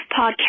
podcast